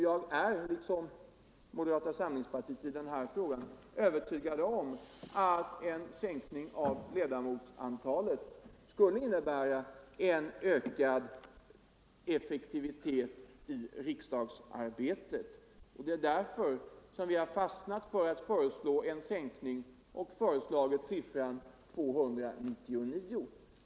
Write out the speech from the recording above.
Jag är, liksom moderata samlingspartiet, övertygad om att en sänkning av ledamotsantalet skulle innebära ökad effektivitet i riksdagsarbetet. Det är därför vi har fastnat för att föreslå en sänkning och föreslagit siffran 299.